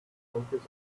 countries